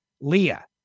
Leah